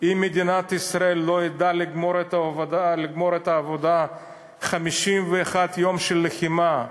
אם מדינת ישראל לא ידעה לגמור את העבודה ב-51 יום של לחימה,